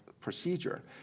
procedure